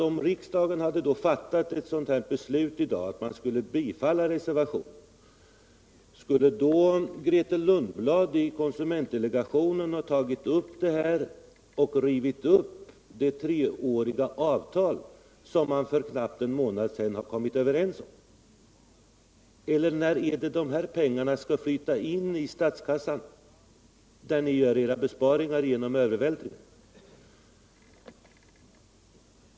Om riksdagen hade fattat ett beslut om att bifalla reservationen, skulle Grethe Lundblad då i konsumentdelegationen ha tagit upp förslaget och rivit upp det treåriga avtal som man för knappt en månad sedan har kommit överens om? Eller när skall dessa pengar, där ni gör era besparingar genom övervältringar, flyta in till statskassan?